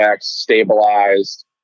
stabilized